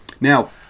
Now